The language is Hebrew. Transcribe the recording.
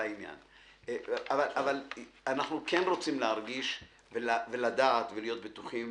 אבל אנחנו כן רוצים לדעת ולהרגיש ולהיות בטוחים